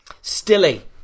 Stilly